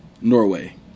Norway